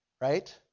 right